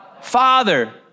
Father